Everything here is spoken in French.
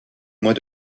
mois